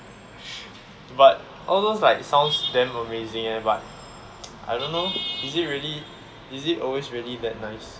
but all those like sounds damn amazing leh but I don't know is it really is it always really that nice